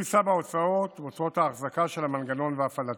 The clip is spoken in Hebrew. והוא יישא בהוצאות האחזקה של המנגנון והפעלתו.